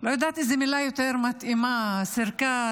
לא יודעת איזו מילה יותר מתאימה, קרקס,